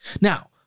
Now